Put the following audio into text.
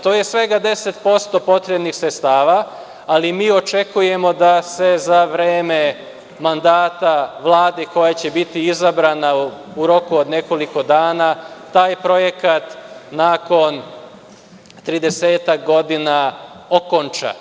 To je svega 10% potrebnih sredstava, ali mi očekujemo da se za vreme mandata Vlade, koja će biti izabrana u roku od nekoliko dana, taj projekat nakon 30-ak godina okonča.